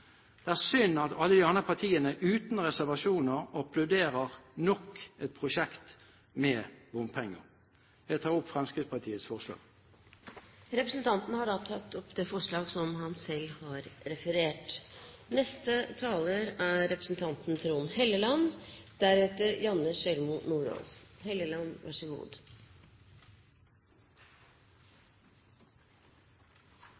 Det er synd at alle de andre partiene uten reservasjoner applauderer nok et prosjekt finansiert med bompenger. Jeg tar opp Fremskrittspartiets forslag. Representanten Arne Sortevik har tatt opp det forslaget han